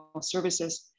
services